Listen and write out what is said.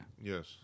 yes